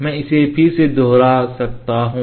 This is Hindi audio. मैं इसे फिर से दोहरा सकता हूं